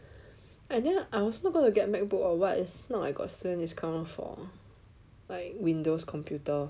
and then I also not gonna get Macbook or [what] is not like got student discount for like Windows computer